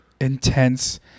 intense